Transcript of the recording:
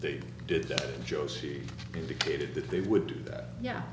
they did that in joe's he indicated that they would do that yeah